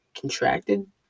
Contracted